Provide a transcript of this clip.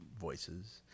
voices